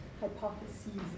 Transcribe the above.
Hypotheses